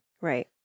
Right